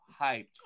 Hyped